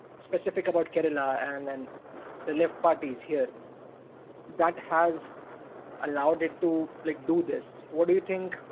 specific about kerala and and the left parties here that has allowed it to like do this? what do you think,